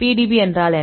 PDB என்றால் என்ன